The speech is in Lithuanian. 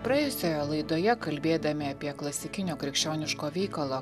praėjusioje laidoje kalbėdami apie klasikinio krikščioniško veikalo